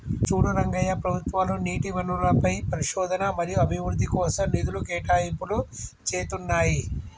చూడు రంగయ్య ప్రభుత్వాలు నీటి వనరులపై పరిశోధన మరియు అభివృద్ధి కోసం నిధులు కేటాయింపులు చేతున్నాయి